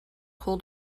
coal